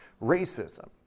racism